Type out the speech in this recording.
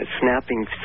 snapping